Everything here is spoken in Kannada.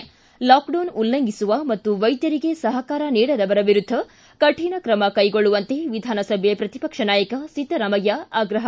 ಿ ಲಾಕ್ಡೌನ್ ಉಲ್ಲಂಘಿಸುವ ಮತ್ತು ವೈದ್ಯರಿಗೆ ಸಹಕಾರ ನೀಡದವರ ವಿರುದ್ದ ಕಠಿಣ ಕ್ರಮ ಕೈಗೊಳ್ಳುವಂತೆ ವಿಧಾನಸಭೆ ಪ್ರತಿಪಕ್ಷ ನಾಯಕ ಸಿದ್ದರಾಮಯ್ಯ ಆಗ್ರಹ